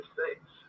States